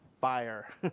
fire